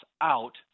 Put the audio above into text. out